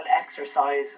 exercise